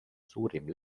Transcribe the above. suurim